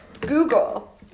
Google